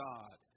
God